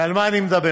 ועל מה אני מדבר?